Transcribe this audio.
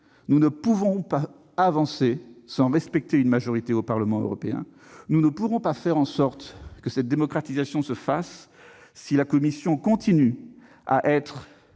Nous ne pouvons pas avancer sans respecter une majorité au Parlement européen. Nous ne pourrons pas faire en sorte que cette démocratisation se fasse, si la Commission continue à être